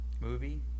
movie